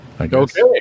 Okay